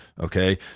Okay